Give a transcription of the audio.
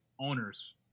owners